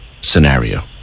scenario